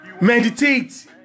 Meditate